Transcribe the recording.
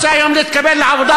אתה רוצה היום להתקבל לעבודה,